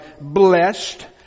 blessed